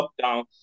lockdown